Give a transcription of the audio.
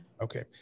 Okay